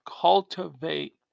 cultivate